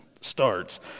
starts